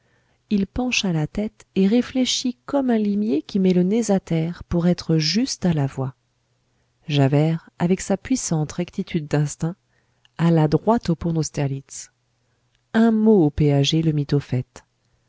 il pencha la tête et réfléchit comme un limier qui met le nez à terre pour être juste à la voie javert avec sa puissante rectitude d'instinct alla droit au pont d'austerlitz un mot au péager le mit